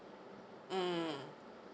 mm